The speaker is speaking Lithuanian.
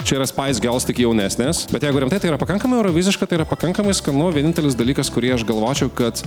čia yra spais giols tik jaunesnės bet jeigu rimtai tai yra pakankamai euroviziška tai yra pakankamai skanu vienintelis dalykas kurį aš galvočiau kad